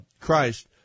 Christ